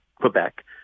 Quebec